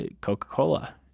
Coca-Cola